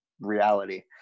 reality